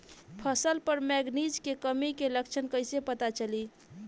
फसल पर मैगनीज के कमी के लक्षण कईसे पता चली?